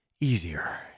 easier